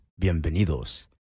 bienvenidos